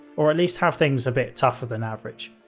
or at least have things a bit tougher than average.